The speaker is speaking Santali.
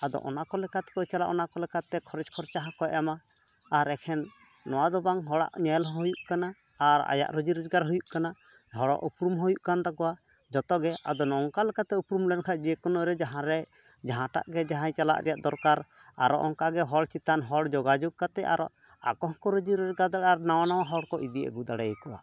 ᱟᱫᱚ ᱚᱱᱟᱠᱚ ᱞᱮᱠᱟ ᱛᱮᱠᱚ ᱪᱟᱞᱟᱜ ᱚᱱᱟᱠᱚ ᱞᱮᱠᱟᱛᱮ ᱠᱷᱚᱨᱚᱪ ᱠᱷᱚᱨᱪᱟ ᱦᱚᱠᱚ ᱮᱢᱟ ᱟᱨ ᱮᱠᱷᱮᱱ ᱱᱚᱣᱟᱫᱚ ᱵᱟᱝ ᱦᱚᱲᱟᱜ ᱧᱮᱞᱦᱚᱸ ᱦᱩᱭᱩᱜ ᱠᱟᱱᱟ ᱟᱨ ᱟᱭᱟᱜ ᱨᱩᱡᱤ ᱨᱳᱡᱽᱜᱟᱨ ᱦᱩᱭᱩᱜ ᱠᱟᱱᱟ ᱦᱚᱲᱟᱜ ᱩᱯᱨᱩᱢ ᱦᱚᱸ ᱦᱩᱭᱩᱜᱠᱟᱱ ᱛᱟᱠᱚᱣᱟ ᱡᱚᱛᱚᱜᱮ ᱟᱫᱚ ᱱᱚᱝᱠᱟ ᱞᱮᱠᱟᱛᱮ ᱩᱯᱨᱩᱢ ᱞᱮᱱᱠᱷᱟᱡ ᱡᱮᱠᱳᱱᱳᱨᱮ ᱡᱟᱦᱟᱸᱨᱮ ᱡᱟᱦᱟᱸᱴᱟᱜ ᱜᱮ ᱡᱟᱦᱟᱸᱭ ᱪᱟᱞᱟᱜ ᱨᱮᱭᱟᱜ ᱫᱚᱨᱠᱟᱨ ᱟᱨᱚ ᱚᱱᱠᱟᱜᱮ ᱦᱚᱲ ᱪᱮᱛᱟᱱ ᱦᱚᱲ ᱡᱳᱜᱟᱡᱳᱜᱽ ᱠᱟᱛᱮ ᱟᱨ ᱟᱠᱚᱦᱚᱸ ᱠᱚ ᱨᱩᱡᱤ ᱨᱳᱡᱽᱜᱟᱨ ᱫᱟᱲᱮᱜᱼᱟ ᱟᱨ ᱱᱟᱣᱟ ᱱᱟᱣᱟ ᱦᱚᱲᱠᱚ ᱤᱫᱤ ᱟᱹᱜᱩ ᱫᱟᱲᱮᱭᱟ ᱠᱚᱣᱟ